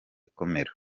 komera